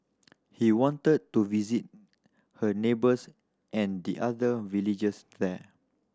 he wanted to visit her neighbours and the other villagers there